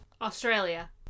Australia